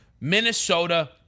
Minnesota